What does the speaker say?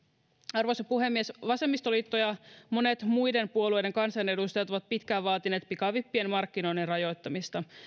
arvoisa puhemies vasemmistoliitto ja monet muiden puolueiden kansanedustajat ovat pitkään vaatineet pikavippien markkinoiden rajoittamista